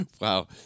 Wow